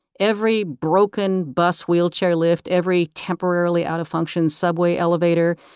every broken bus wheelchair lift, every temporarily out of function subway elevator,